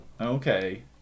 Okay